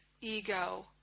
ego